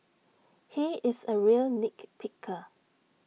he is A real nit picker